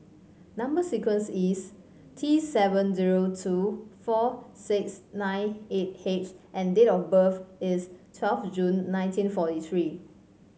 number sequence is T seven zero two four six nine eight H and date of birth is twelve June nineteen forty three